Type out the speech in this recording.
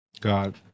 God